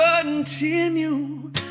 continue